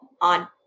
on